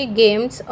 games